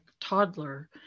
toddler